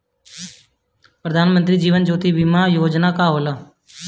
प्रधानमंत्री जीवन ज्योति बीमा योजना का होला?